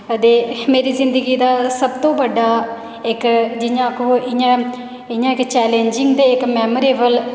ते मेरी जिंदगी दा सब तूं बड्डा एक्क जि'यां आक्खो इ'यां इ'यां इक चैलेंजिंग ते इक मैमोरेबल